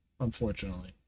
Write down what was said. Unfortunately